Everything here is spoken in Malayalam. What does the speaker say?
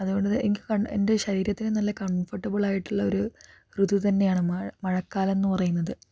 അതുകൊണ്ട് എനിക്ക് എൻ്റെ ശരീരത്തിന് നല്ല കംഫോർട്ടബിൾ ആയിട്ടുള്ള ഒരു ഋതു തന്നെയാണ് മഴ മഴക്കാലം എന്ന് പറയുന്നത്